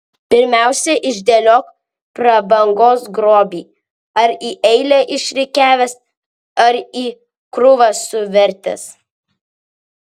pirmiausia išdėliok prabangos grobį ar į eilę išrikiavęs ar į krūvą suvertęs